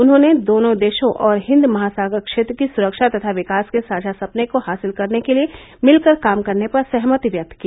उन्होंने दोनों देशों और हिन्द महासागर क्षेत्र की सुरक्षा तथा विकास के साझा सपने को हासिल करने के लिए मिलकर काम करने पर सहमति व्यक्त की